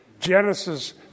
Genesis